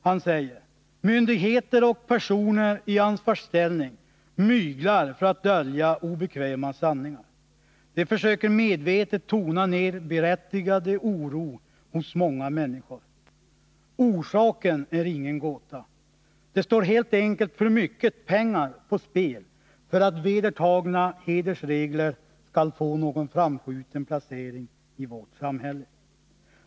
Han säger: ”Myndigheter och personer i ansvarsställning myglar för att dölja obekväma sanningar. De försöker medvetet tona ner berättigad oro hos många människor. Orsaken är ingen gåta. Det står helt enkelt för mycket pengar på spel för att vedertagna hedersregler skall få någon framskjuten placering i vårt samhälle.